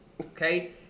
Okay